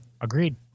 Agreed